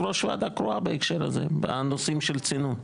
ראש ועדה קרואה בהקשר הזה בנושאים של צינון.